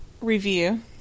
review